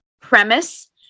premise